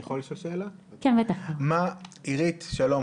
עירית שלום,